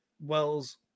wells